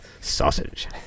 Sausage